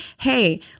hey